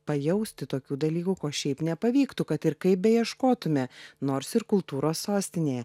pajausti tokių dalykų ko šiaip nepavyktų kad ir kaip beieškotume nors ir kultūros sostinėje